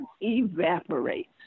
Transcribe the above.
evaporates